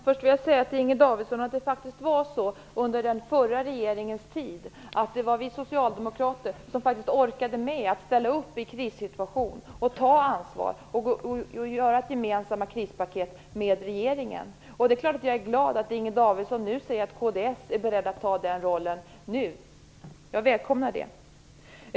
Herr talman! Först vill jag säga till Inger Davidson att det under den förra regeringens tid faktiskt var vi socialdemokrater som orkade med att ställa upp och ta ansvar i en krissituation och åstadkomma ett krispaket tillsammans med regeringen. Det är klart att jag är glad att Inger Davidson nu säger att kds är beredd att spela den rollen nu. Jag välkomnar det.